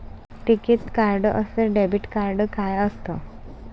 टिकीत कार्ड अस debit card काय असत?